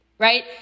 Right